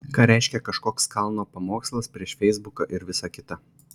ką reiškia kažkoks kalno pamokslas prieš feisbuką ir visa kita